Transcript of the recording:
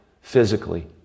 physically